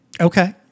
Okay